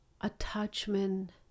attachment